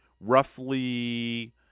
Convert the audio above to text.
roughly